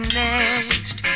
next